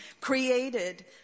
created